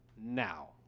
Now